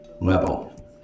level